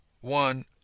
one